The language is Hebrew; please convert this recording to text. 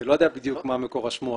אני לא יודע בדיוק מה מקור השמועות,